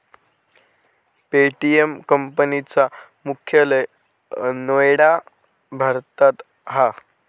Paytm company चा मुख्यालय नोएडा भारतात हा